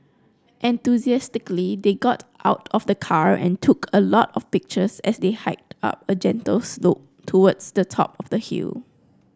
enthusiastically they got out of the car and took a lot of pictures as they hiked up a gentle slope towards the top of the hill